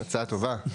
הצעה טובה.